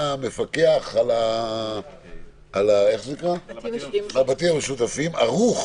משותף האם המפקח על הבתים המשותפים ערוך